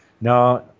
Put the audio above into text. Now